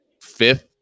fifth